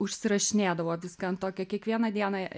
užsirašinėdavo viską ant tokio kiekvieną dieną